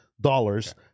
dollars